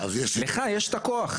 לך יש את הכוח.